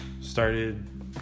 started